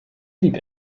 blieb